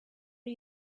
are